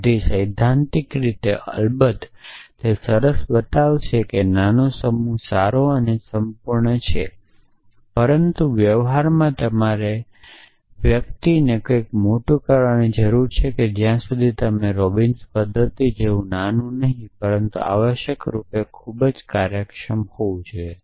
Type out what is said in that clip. તેથી સૈદ્ધાંતિક રીતે અલબત્ત તે સરસ બતાવશે કે નાનો સમૂહ સારો અને સંપૂર્ણ છે પરંતુ વ્યવહારમાં તમારે વ્યક્તિને કંઈક મોટું કરવાની જરૂર છે જ્યાં સુધી તમે રોબિન્સન્સ પદ્ધતિ જેવું નાનું નહીં પરંતુ આવશ્યકરૂપે ખૂબ કાર્યક્ષમ હોવું જોઇયે